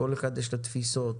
לכל אחד יש את התפיסות שלו,